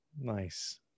Nice